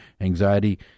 anxiety